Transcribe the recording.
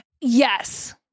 Yes